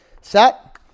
Set